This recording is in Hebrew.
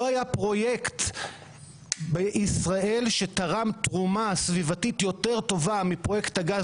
לא היה פרויקט בישראל שתרם תרומה סביבתית יותר טובה מפרויקט הגז,